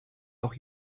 noch